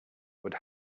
would